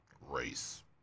race